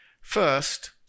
First